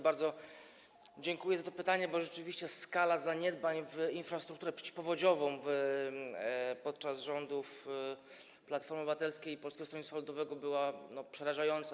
Bardzo dziękuję za to pytanie, bo rzeczywiście skala zaniedbań, jeśli chodzi o infrastrukturę przeciwpowodziową, podczas rządów Platformy Obywatelskiej i Polskiego Stronnictwa Ludowego była przerażająca.